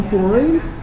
point